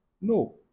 No